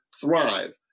thrive